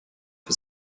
für